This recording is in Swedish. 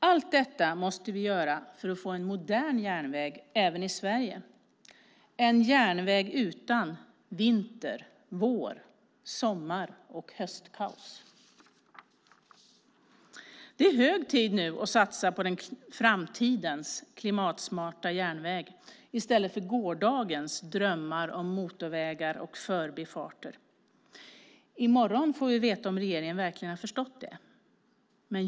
Allt detta måste vi göra för att få en modern järnväg även i Sverige, en järnväg utan vinter-, vår-, sommar och höstkaos. Det är hög tid att satsa på framtidens klimatsmarta järnväg i stället för gårdagens drömmar om motorvägar och förbifarter. I morgon får vi veta om regeringen verkligen har förstått det.